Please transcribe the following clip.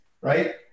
right